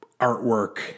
artwork